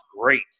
great